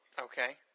Okay